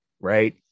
right